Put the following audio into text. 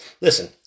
Listen